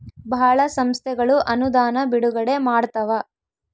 ಭಾಳ ಸಂಸ್ಥೆಗಳು ಅನುದಾನ ಬಿಡುಗಡೆ ಮಾಡ್ತವ